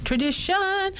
Tradition